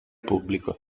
pubblico